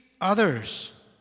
others